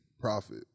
profit